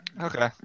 Okay